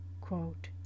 Quote